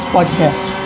Podcast